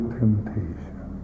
temptation